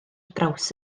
draws